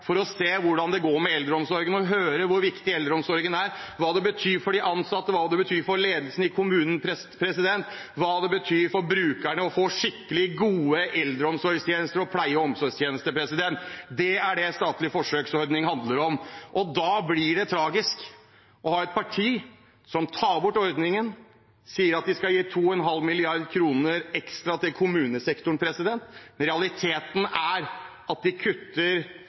for å se hvordan det går med eldreomsorgen, høre hvor viktig eldreomsorgen er, hva det betyr for de ansatte, hva det betyr for ledelsen i kommunen, og hva det betyr for brukerne å få skikkelig gode eldreomsorgstjenester og pleie- og omsorgstjenester. Det er det den statlige forsøksordningen handler om. Da blir det tragisk å ha et parti som tar bort ordningen og sier at vi skal gi 2,5 mrd. kr ekstra til kommunesektoren. Realiteten er at de kutter